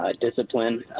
discipline